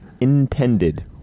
Intended